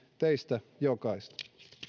teistä jokaista